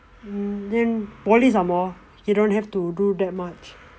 then poly some more you don't have to do that much